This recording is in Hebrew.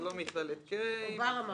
בר אמר.